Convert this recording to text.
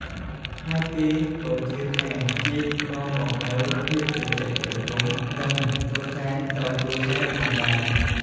ហើយគេក៏ជឿថាចេកនាំមកនូវភាពត្រជាក់ត្រជុំ និងសុខសាន្តដល់គ្រួសារផងដែរ។